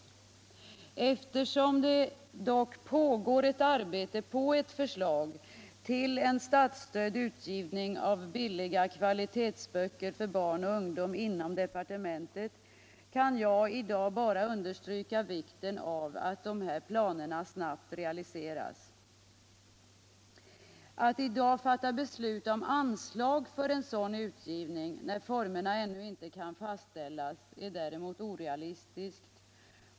Då det emellertid inom departementet pågår eu arbete på ett förslag till statsstödd utgivning av billiga kvalitetsböcker för barn och ungdom, kan jag i dag bara understryka vikten av att dessa planer snabbt realiseras. Att nu fatta beslut om anslag tull en sådan utgivning, när formerna ännu inte kan fastställas. är däremot orcalisuskt.